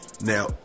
Now